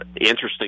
interesting